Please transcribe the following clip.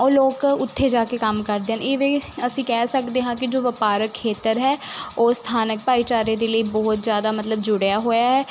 ਉਹ ਲੋਕ ਉੱਥੇ ਜਾ ਕੇ ਕੰਮ ਕਰਦੇ ਨੇ ਇਵੇਂ ਅਸੀਂ ਕਹਿ ਸਕਦੇ ਹਾਂ ਕਿ ਜੋ ਵਪਾਰਕ ਖੇਤਰ ਹੈ ਉਹ ਸਥਾਨਕ ਭਾਈਚਾਰੇ ਦੇ ਲਈ ਬਹੁਤ ਜ਼ਿਆਦਾ ਮਤਲਬ ਜੁੜਿਆ ਹੋਇਆ ਹੈ